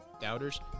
doubters